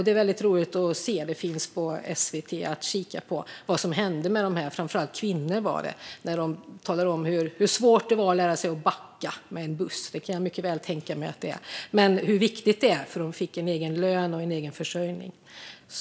Det är väldigt roligt och finns att se på SVT Play vad som hände med de framför allt kvinnor som deltog i utbildningen. De talar om hur svårt det var att lära sig att backa med en buss - det kan jag mycket väl tänka mig att det är - men hur viktigt det var, för de fick en egen lön och en egen försörjning.